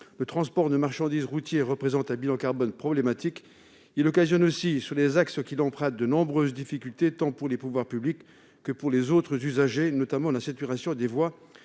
Le transport de marchandises routier représente un bilan carbone problématique. Il occasionne aussi, sur les axes qu'il emprunte, de nombreuses difficultés tant pour les pouvoirs publics que pour les autres usagers, notamment la saturation des voies